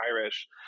Irish